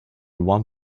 one